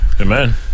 Amen